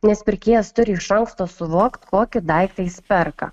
nes pirkėjas turi iš anksto suvokt kokį daiktą jis perka